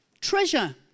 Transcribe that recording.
treasure